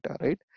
Right